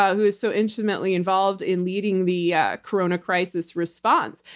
ah who's so intimately involved in leading the ah corona crisis response,